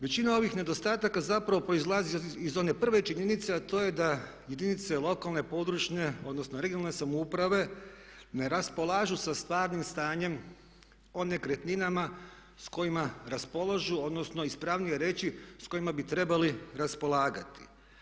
Većina ovih nedostataka zapravo proizlazi iz one prve činjenice, a to je da jedinice lokalne, područne odnosno regionalne samouprave ne raspolažu sa stvarnim stanjem o nekretninama sa kojima raspolažu, odnosno ispravnije reći s kojima bi trebali raspolagati.